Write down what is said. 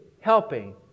helping